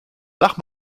lach